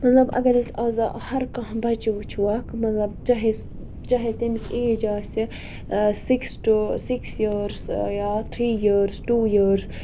مطلب اَگر أسۍ آزٕ ہَر کانہہ بَچہِ وٕچھ ووکھ مطلب چاہے چاہے تٔمِس ایج آسہِ سِکِس ٹُو سِکِس یٲرٕس یا تھری یٲرٕس ٹوٗ یٲرٕس